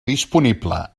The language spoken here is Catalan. disponibles